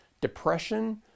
depression